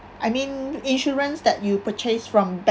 I mean insurance that you purchase from bank